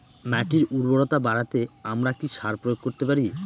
মাটির উর্বরতা বাড়াতে আমরা কি সার প্রয়োগ করতে পারি?